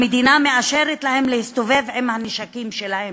המדינה מאשרת להם להסתובב עם הנשקים שלהם,